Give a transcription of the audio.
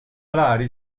alari